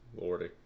lordy